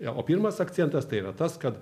o pirmas akcentas tai yra tas kad